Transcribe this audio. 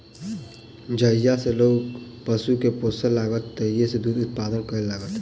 जहिया सॅ लोक पशु के पोसय लागल तहिये सॅ दूधक उत्पादन करय लागल